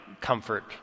comfort